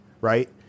right